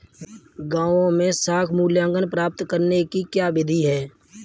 गाँवों में साख मूल्यांकन प्राप्त करने की क्या विधि है?